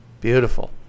beautiful